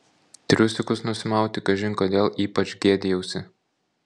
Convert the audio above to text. triusikus nusimauti kažin kodėl ypač gėdijausi